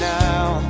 now